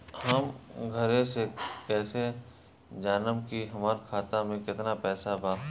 हम घरे से कैसे जानम की हमरा खाता मे केतना पैसा बा?